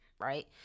right